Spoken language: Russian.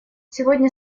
сегодня